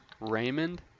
Raymond